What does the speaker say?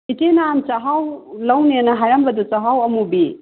ꯏꯆꯦ ꯅꯍꯥꯟ ꯆꯍꯥꯎ ꯂꯧꯅꯦꯅ ꯍꯥꯏꯔꯝꯕꯗꯣ ꯆꯍꯥꯎ ꯑꯃꯨꯕꯤ